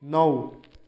नौ